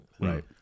Right